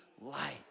light